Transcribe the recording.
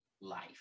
life